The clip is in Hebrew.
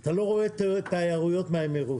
אתה לא רואה את ההערות מהאמירויות.